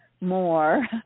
more